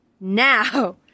Now